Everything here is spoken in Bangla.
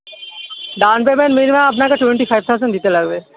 ডাউন পেমেন্ট মিনিমাম আপনাকে টোয়েন্টি ফাইভ থাউজেন্ড দিতে লাগবে